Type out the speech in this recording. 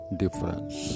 difference